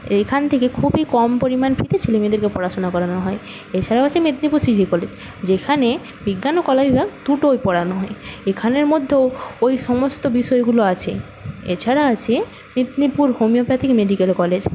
এখান থেকে খুবই কম পরিমাণ ফিতে ছেলেমেয়েদেরকে পড়াশুনো করানো হয় এছাড়াও আছে মেদনীপুর সিটি কলেজ যেখানে বিজ্ঞান ও কলা বিভাগ দুটোই পড়ানো হয় এখানের মধ্যেও ওই সমস্ত বিষয়গুলো আছে এছাড়া আছে মেদনীপুর হোমিওপ্যাথি মেডিকেল কলেজ